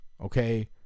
Okay